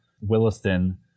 Williston